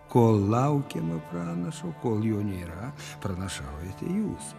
kol laukiama pranašo kol jo nėra pranašaujate jūs